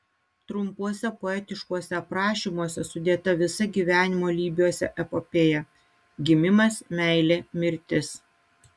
trumpuose poetiškuose aprašymuose sudėta visa gyvenimo lybiuose epopėja gimimas meilė mirtis